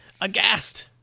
aghast